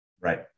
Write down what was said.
Right